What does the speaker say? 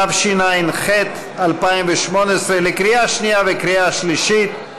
התשע"ח 2018, לקריאה שנייה וקריאה שלישית.